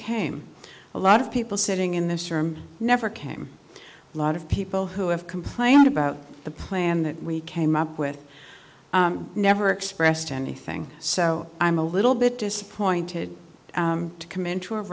came a lot of people sitting in this room never came a lot of people who have complained about the plan that we came up with never expressed anything so i'm a little bit disappointed to commit to a